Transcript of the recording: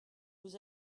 vous